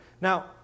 Now